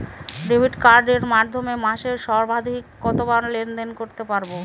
Debit কার্ডের মাধ্যমে মাসে সর্বাধিক কতবার লেনদেন করতে পারবো?